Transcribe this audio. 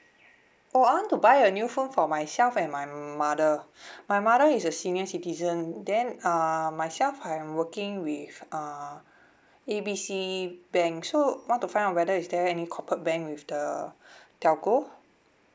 oh I want to buy a new phone for myself and my mother my mother is a senior citizen then uh myself I'm working with uh A B C bank so I want to find out whether is there any corporate bank with the telco